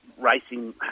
racing